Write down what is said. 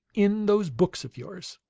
in those books of yours,